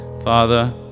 Father